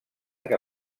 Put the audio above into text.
que